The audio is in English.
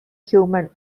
human